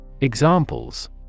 Examples